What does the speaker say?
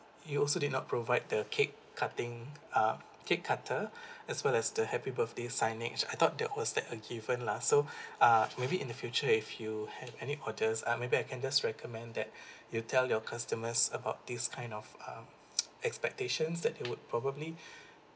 you also did not provide the cake cutting uh cake cutter as well as the happy birthday signage I thought that was like a given lah so uh maybe in the future if you have any orders uh maybe I can just recommend that you tell your customers about these kind of um expectations that they would probably